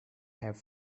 have